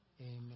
Amen